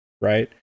Right